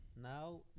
Now